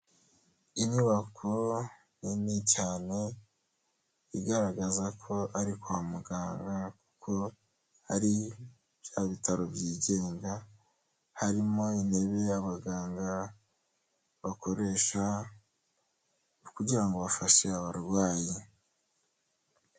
Inyubako nini cyane igaragaza ko ari kwa muganga kuko ari bya bitaro byigenga, harimo intebe abaganga bakoresha kugira ngo bafashe abarwayi.